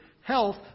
Health